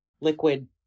liquid